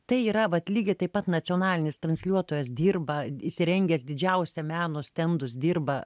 tai yra vat lygiai taip pat nacionalinis transliuotojas dirba įsirengęs didžiausią meno stendus dirba